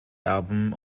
album